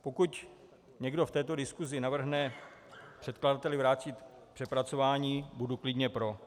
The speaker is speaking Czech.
Pokud někdo v této diskusi navrhne předkladateli vrátit k přepracování, budu klidně pro.